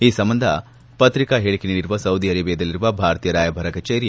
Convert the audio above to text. ಈ ಸಂಬಂಧ ಪತ್ರಿಕಾ ಹೇಳಿಕೆ ನೀಡಿರುವ ಸೌದಿ ಅರೇಬಿಯಾದಲ್ಲಿರುವ ಭಾರತೀಯ ರಾಯಭಾರ ಕಚೇರಿ